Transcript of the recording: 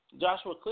Joshua